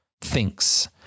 thinks